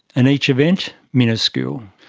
in each event, miniscule.